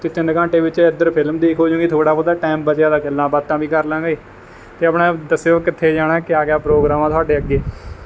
ਅਤੇ ਤਿੰਨ ਘੰਟੇ ਵਿੱਚ ਇੱਧਰ ਫਿਲਮ ਦੇਖ ਹੋਜੂਗੀ ਥੋੜ੍ਹਾ ਬਹੁਤਾ ਟਾਈਮ ਬਚਿਆ ਤਾਂ ਗੱਲਾਂ ਬਾਤਾਂ ਵੀ ਕਰ ਲਵਾਂਗੇ ਅਤੇ ਆਪਣਾ ਦੱਸਿਓ ਕਿੱਥੇ ਜਾਣਾ ਕਿਆ ਕਿਆ ਪ੍ਰੋਗਰਾਮ ਆ ਤੁਹਾਡੇ ਅੱਗੇ